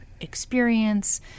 experience